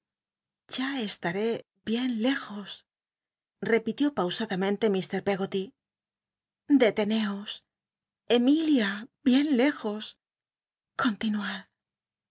ya estaré bien lejos repitió pausadamente iir peggoty i deteneos emili t bien lejos i continuad